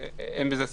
אין בזה ספק.